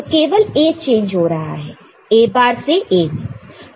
तो केवल A change हो रहा है A बार से A में